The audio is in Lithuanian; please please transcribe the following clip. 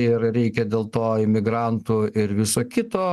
ir reikia dėl to imigrantų ir viso kito